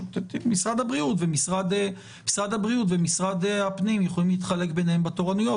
משרד הבריאות ומשרד הפנים יכולים להתחלק ביניהם בתורנויות,